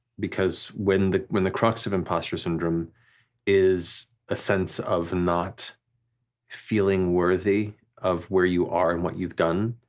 because when the when the crux of imposter syndrome is a sense of not feeling worthy of where you are and what you've done,